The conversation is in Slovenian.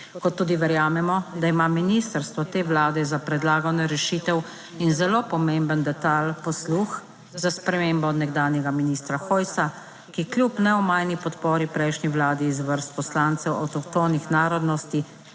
kot tudi verjamemo, da ima ministrstvo te Vlade za predlagano rešitev in zelo pomemben detajl, posluh za spremembo. Nekdanjega ministra Hojsa, ki kljub neomajni podpori prejšnji vladi iz vrst poslancev avtohtonih narodnosti